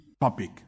topic